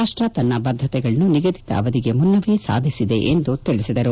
ರಾಷ್ಟ್ ತನ್ನ ಬದ್ದತೆಗಳನ್ನು ನಿಗದಿತ ಅವಧಿಗೆ ಮುನ್ನವೇ ಸಾಧಿಸಿದೆ ಎಂದು ತಿಳಿಸಿದರು